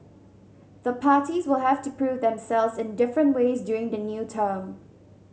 the parties will have to prove themselves in different ways during the new term